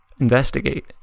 Investigate